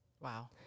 Wow